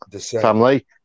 family